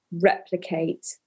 replicate